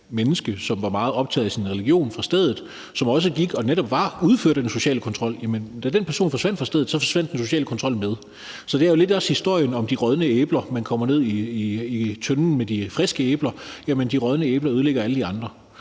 menneske, som var meget optaget af sin religion, og som også gik og netop var og udførte den sociale kontrol, fra stedet, altså da den person forsvandt fra stedet, forsvandt den sociale kontrol med. Så det er jo også lidt historien om de rådne æbler, man kommer ned i tønden sammen med de friske æbler. De rådne æbler ødelægger alle de andre,